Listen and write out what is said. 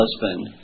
husband